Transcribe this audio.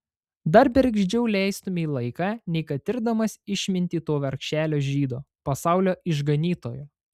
dar bergždžiau leistumei laiką nei kad tirdamas išmintį to vargšelio žydo pasaulio išganytojo